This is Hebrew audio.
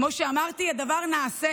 כמו שאמרתי, הדבר נעשה